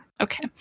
Okay